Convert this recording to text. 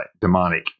demonic